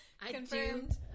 Confirmed